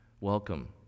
welcome